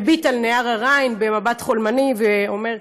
מביט על נהר הריין במבט חולמני ואומר,